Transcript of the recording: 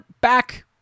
back